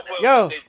Yo